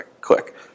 click